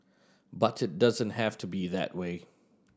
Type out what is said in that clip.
but it doesn't have to be that way